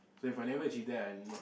so if I never achieve that I not